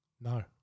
No